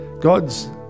god's